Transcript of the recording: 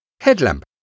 Headlamp